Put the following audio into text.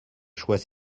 choix